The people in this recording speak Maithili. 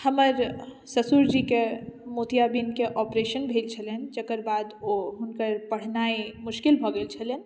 हमर ससुरजीके मोतियाबिन्दके ऑपरेशन भेल छलनि जकर बाद ओ हुनकर पढ़नाइ मोसकिल भऽ गेल छलै